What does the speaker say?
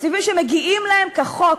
תקציבים שמגיעים להם כחוק,